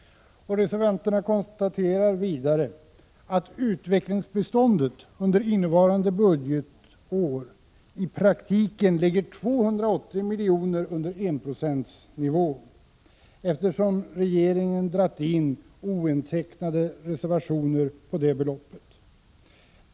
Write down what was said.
Reservanterna konstaterar vidare att utvecklingsbiståndet under innevarande budgetår i praktiken ligger 280 milj.kr. under enprocentsnivån, eftersom regeringen har dragit in ointecknade reservationer på detta belopp.